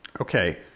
Okay